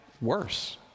worse